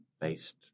based